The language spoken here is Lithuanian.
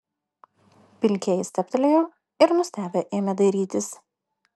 pilkieji stabtelėjo ir nustebę ėmė dairytis